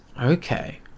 Okay